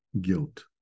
guilt